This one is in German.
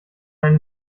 eine